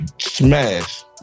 Smash